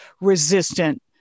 resistant